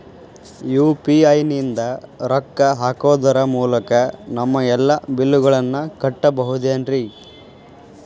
UPI ನಿಂದ ರೊಕ್ಕ ಹಾಕೋದರ ಮೂಲಕ ನಮ್ಮ ಎಲ್ಲ ಬಿಲ್ಲುಗಳನ್ನ ಕಟ್ಟಬಹುದೇನ್ರಿ?